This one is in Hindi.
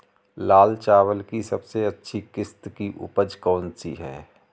लाल चावल की सबसे अच्छी किश्त की उपज कौन सी है?